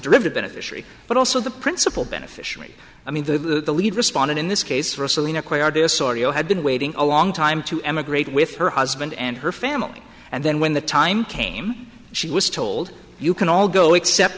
derivative beneficiary but also the principal beneficiary i mean the the lead respondent in this case had been waiting a long time to emigrate with her husband and her family and then when the time came she was told you can all go except